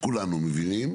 כולנו מבינים,